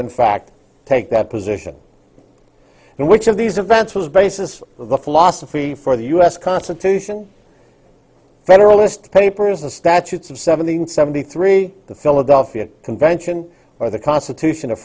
in fact take that position and which of these events was basis for the philosophy for the u s constitution federalist papers and statutes of seven hundred seventy three the philadelphia convention or the constitution of